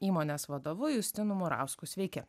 įmonės vadovu justinu murausku sveiki